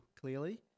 clearly